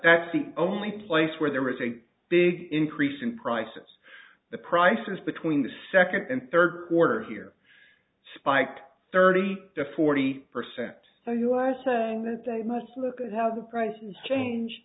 that's the only place where there is a big increase in prices the prices between the second and third quarter here spiked thirty to forty percent so you are saying that they must look at how the prices change